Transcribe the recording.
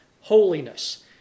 holiness